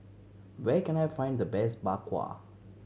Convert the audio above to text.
where can I find the best Bak Kwa